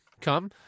come